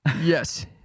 Yes